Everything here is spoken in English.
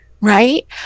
right